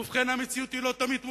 ובכן, המציאות היא לא תמיד מורכבת.